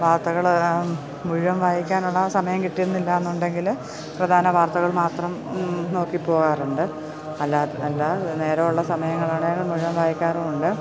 വാർത്തകള് മുഴുവൻ വായിക്കാനുള്ള സമയം കിട്ടുന്നില്ലാന്നുണ്ടെങ്കില് പ്രധാന വാർത്തകൾ മാത്രം നോക്കി പോകാറുണ്ട് അല്ലാ അല്ലാതെ നേരെയുള്ള സമയങ്ങളിൽ മുഴുവൻ വായിക്കാറുമുണ്ട്